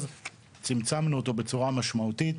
צמצמנו אותו בצורה משמעותית.